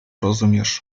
rozumiesz